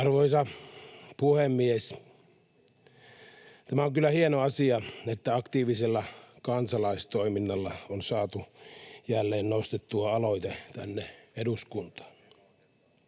Arvoisa puhemies! Tämä on kyllä hieno asia, että aktiivisella kansalaistoiminnalla on saatu jälleen nostettua aloite tänne eduskuntaan.